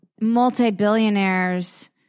multi-billionaires